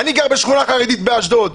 אני גר בשכונה חרדית באשדוד,